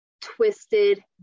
twisted